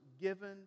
given